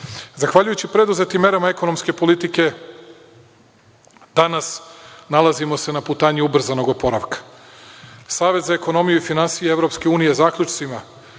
govore. Zahvaljujući preduzetim merama ekonomske politike danas nalazimo se na putanji ubrzanog oporavka. Savet za ekonomiju i finansije EU zaključcima